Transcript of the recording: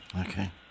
okay